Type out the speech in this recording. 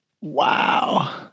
Wow